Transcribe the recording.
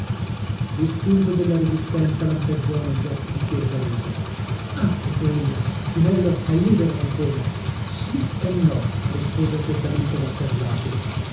l'istinto della resistenza lampeggiò negli occhi di fiordalisa ah gridò ella spinello è libero ancora sì e no rispose freddamente messer lapo